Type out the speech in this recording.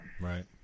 Right